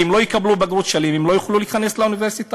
כי אם הם לא יקבלו בגרות שלמה הם לא יוכלו להיכנס לאוניברסיטה.